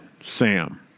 Sam